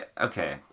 Okay